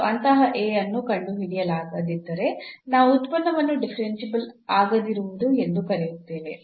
ಮತ್ತು ಅಂತಹ A ಅನ್ನು ಕಂಡುಹಿಡಿಯಲಾಗದಿದ್ದರೆ ನಾವು ಉತ್ಪನ್ನವನ್ನು ಡಿಫರೆನ್ಷಿಯಬಲ್ ಆಗದಿರುವುದು ಎಂದು ಕರೆಯುತ್ತೇವೆ